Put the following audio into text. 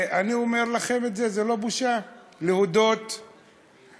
אני אומר לכם את זה: זו לא בושה להודות בטעות,